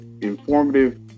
Informative